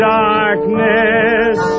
darkness